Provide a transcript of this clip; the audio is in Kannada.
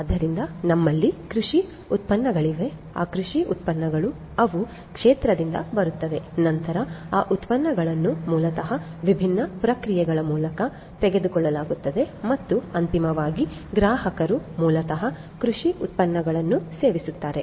ಆದ್ದರಿಂದ ನಮ್ಮಲ್ಲಿ ಕೃಷಿ ಉತ್ಪನ್ನಗಳಿವೆ ಆ ಕೃಷಿ ಉತ್ಪನ್ನಗಳು ಅವು ಕ್ಷೇತ್ರದಿಂದ ಬರುತ್ತವೆ ನಂತರ ಆ ಉತ್ಪನ್ನಗಳನ್ನು ಮೂಲತಃ ವಿಭಿನ್ನ ಪ್ರಕ್ರಿಯೆಗಳ ಮೂಲಕ ತೆಗೆದುಕೊಳ್ಳಲಾಗುತ್ತದೆ ಮತ್ತು ಅಂತಿಮವಾಗಿ ಗ್ರಾಹಕರು ಮೂಲತಃ ಕೃಷಿ ಉತ್ಪನ್ನಗಳನ್ನು ಸೇವಿಸುತ್ತಾರೆ